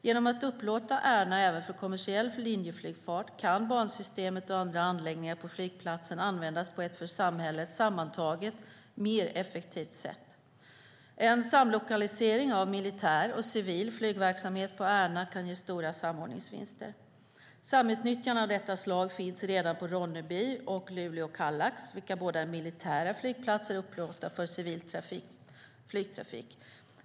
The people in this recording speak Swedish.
Genom att upplåta Ärna även för kommersiell linjeflygfart kan bansystemet och andra anläggningar på flygplatsen användas på ett för samhället sammantaget mer effektivt sätt. En samlokalisering av militär och civil flygverksamhet på Ärna kan ge stora samordningsvinster. Samutnyttjande av detta slag finns redan på Ronneby och Luleå Kallax, vilka båda är militära flygplatser upplåtna för civil flygtrafik.